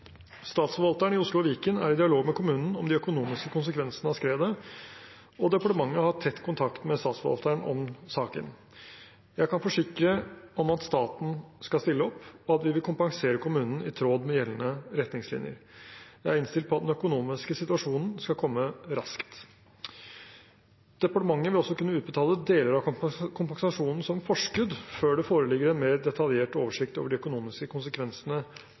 Statsforvalteren i Oslo og Viken er i dialog med kommunen om de økonomiske konsekvensene av skredet, og departementet har tett kontakt med Statsforvalteren om saken. Jeg kan forsikre om at staten skal stille opp, og at vi vil kompensere kommunen i tråd med gjeldende retningslinjer. Jeg er innstilt på at den økonomiske kompensasjonen skal komme raskt. Departementet vil også kunne utbetale deler av kompensasjonen som forskudd før det foreligger en mer detaljert oversikt over de økonomiske konsekvensene